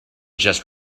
just